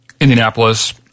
Indianapolis